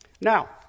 Now